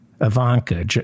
Ivanka